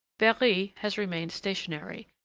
berry has remained stationary,